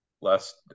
last